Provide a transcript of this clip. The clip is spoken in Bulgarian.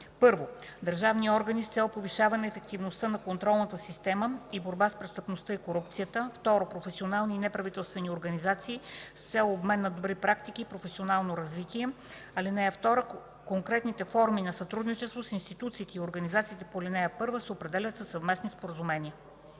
с: 1. държавни органи с цел повишаване на ефективността на контролната система и борба с престъпността и корупцията; 2. професионални и неправителствени организации с цел обмен на добри практики и професионално развитие. (2) Конкретните форми на сътрудничество с институциите и организациите по ал. 1 се определят със съвместни споразумения”.